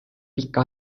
pika